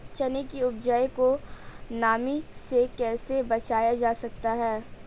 चने की उपज को नमी से कैसे बचाया जा सकता है?